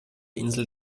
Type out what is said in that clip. insel